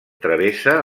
travessa